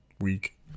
week